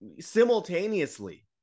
simultaneously